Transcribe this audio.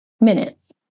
minutes